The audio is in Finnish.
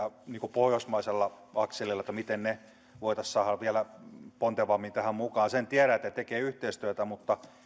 pohjoismaisella akselilla miten ne voitaisiin saada vielä pontevammin tähän mukaan sen tiedän että ne tekevät yhteistyötä mutta